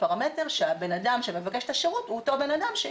פרמטר שהבן אדם שמבקש את השירות הוא אותו בן אדם,